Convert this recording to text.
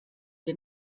ihr